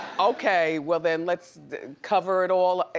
okay, well then let's cover it all.